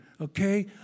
okay